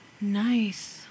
Nice